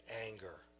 anger